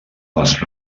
les